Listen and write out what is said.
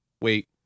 Wait